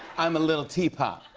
i'm a little teapot.